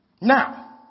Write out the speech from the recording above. Now